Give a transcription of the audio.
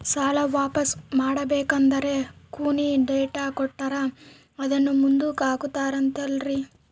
ಸಾಲ ವಾಪಾಸ್ಸು ಮಾಡಬೇಕಂದರೆ ಕೊನಿ ಡೇಟ್ ಕೊಟ್ಟಾರ ಅದನ್ನು ಮುಂದುಕ್ಕ ಹಾಕುತ್ತಾರೇನ್ರಿ?